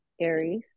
Aries